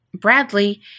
Bradley